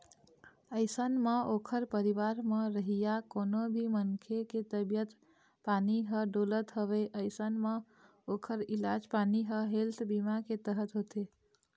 अइसन म ओखर परिवार म रहइया कोनो भी मनखे के तबीयत पानी ह डोलत हवय अइसन म ओखर इलाज पानी ह हेल्थ बीमा के तहत होथे